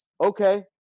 Okay